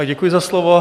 Děkuji za slovo.